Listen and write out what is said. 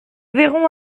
verrons